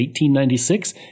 1896